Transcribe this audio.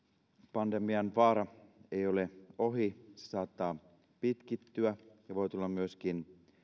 pandemian vaara ei ole ohi se saattaa pitkittyä ja voi tulla myöskin